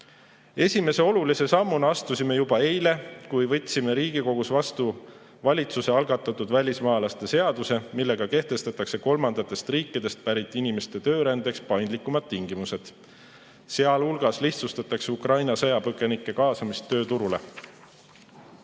Esimese olulise sammu me astusime juba eile, kui võtsime Riigikogus vastu valitsuse algatatud välismaalaste seaduse, millega kehtestatakse kolmandatest riikidest pärit inimeste töörändeks paindlikumad tingimused. Sealhulgas lihtsustatakse Ukraina sõjapõgenike kaasamist